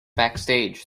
backstage